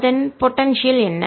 அதன் போடன்சியல் என்ன